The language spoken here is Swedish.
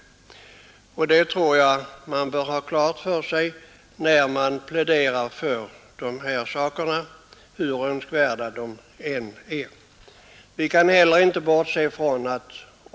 Detta bör man ha klart för sig när man pläderar för dessa saker, hur önskvärda de än är.